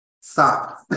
stop